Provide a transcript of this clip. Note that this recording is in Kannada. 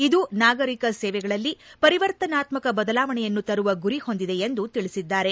ಇದು ನಾಗರಿಕ ಸೇವೆಗಳಲ್ಲಿ ಪರಿವರ್ತನಾತ್ಮಕ ಬದಲಾವಣೆಯನ್ನು ತರುವ ಗುರಿ ಹೊಂದಿದೆ ಎಂದು ತಿಳಿಸಿದ್ದಾರೆ